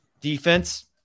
defense